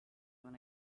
want